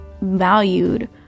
valued